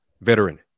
veteran